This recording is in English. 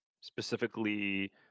specifically